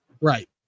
Right